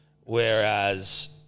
Whereas